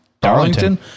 Darlington